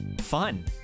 fun